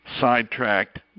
sidetracked